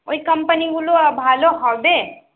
ওই কাম্পানিগুলো ভালো হবে